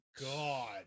god